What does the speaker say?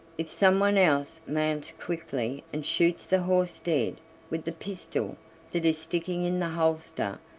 if someone else mounts quickly and shoots the horse dead with the pistol that is sticking in the holster,